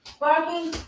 barking